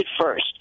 first